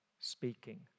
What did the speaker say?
speaking